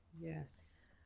Yes